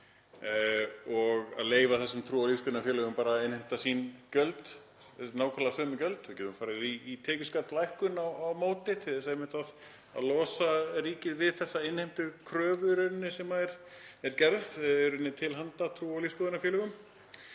og leyfa þessum trú- og lífsskoðunarfélögum að innheimta sín gjöld, nákvæmlega sömu gjöld. Við getum farið í tekjuskattslækkun á móti til þess einmitt að losa ríkið við þessa innheimtukröfu sem er gerð til handa trú- og lífsskoðunarfélögum.